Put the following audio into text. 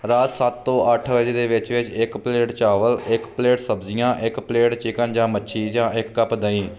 ਰਾਤ ਸੱਤ ਤੋਂ ਅੱਠ ਵਜੇ ਦੇ ਵਿੱਚ ਵਿੱਚ ਇੱਕ ਪਲੇਟ ਚਾਵਲ ਇਕ ਪਲੇਟ ਸਬਜ਼ੀਆਂ ਇੱਕ ਪਲੇਟ ਚਿਕਨ ਜਾਂ ਮੱਛੀ ਜਾਂ ਇੱਕ ਕੱਪ ਦਹੀਂ